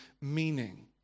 meaning